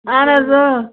اہن حظ اۭں